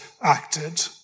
acted